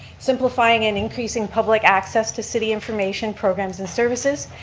simplifying and increasing public access to city information, programs and services,